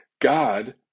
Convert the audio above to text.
God